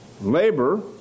labor